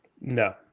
No